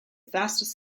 fastest